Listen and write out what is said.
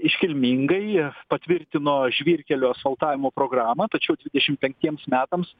iškilmingai patvirtino žvyrkelių asfaltavimo programą tačiau dvidešim penktiems metams